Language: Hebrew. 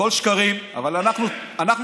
הכול שקרים, אבל אנחנו טועים.